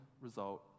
result